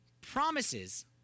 promises